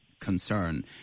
Concern